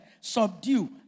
subdue